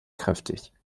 kräftig